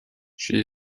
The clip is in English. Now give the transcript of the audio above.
she